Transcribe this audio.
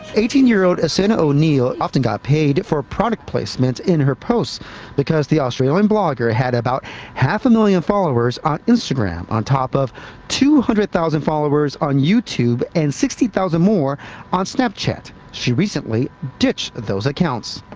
eighteen year old essena o'neill often got paid for product placements in her posts because the australian blogger had about half a million followers on instagram, on top of two hundred thousand followers on youtube, and sixty thousand more on snapchat. she recently ditched those accounts.